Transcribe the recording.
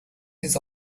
his